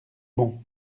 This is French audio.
bon